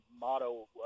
motto